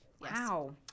Wow